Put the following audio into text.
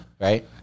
right